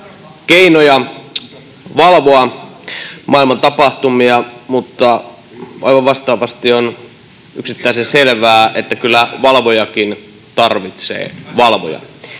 keinoja valvoa maailman tapahtumia. Mutta aivan vastaavasti on yksiselitteisen selvää, että kyllä valvojakin tarvitsee valvojan.